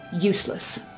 useless